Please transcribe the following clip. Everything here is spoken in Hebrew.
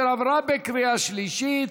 2018,